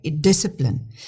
discipline